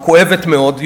הכואבת-מאוד,